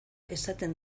esaten